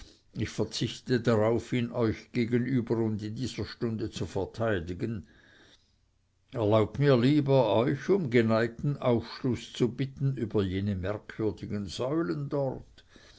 ich verzichte darauf ihn euch gegenüber und in dieser stunde zu verteidigen erlaubt mir lieber euch um geneigten aufschluß zu bitten über jene merkwürdigen säulen dort